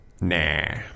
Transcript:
Nah